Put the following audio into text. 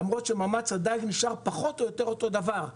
למרות שמאמץ הדיג נשאר פחות או יותר אותו דבר.